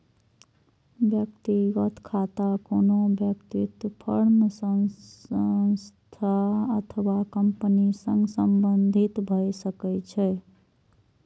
व्यक्तिगत खाता कोनो व्यक्ति, फर्म, संस्था अथवा कंपनी सं संबंधित भए सकै छै